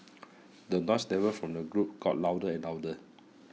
the noise level from the group got louder and louder